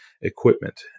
equipment